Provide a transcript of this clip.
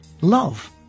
love